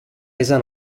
resa